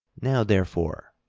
now, therefore,